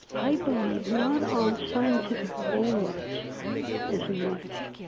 i believe, not on scientific laws as much,